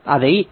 எனவே அதை டி